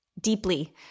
deeply